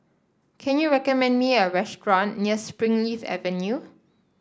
can you recommend me a restaurant near Springleaf Avenue